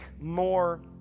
more